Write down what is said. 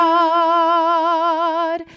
God